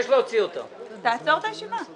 תעצור את הישיבה.